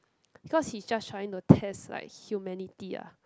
because he's just trying to test like humanity ah